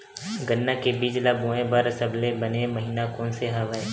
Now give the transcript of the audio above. गन्ना के बीज ल बोय बर सबले बने महिना कोन से हवय?